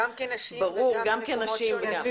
גם כנשים וגם כ- -- סביבתיות.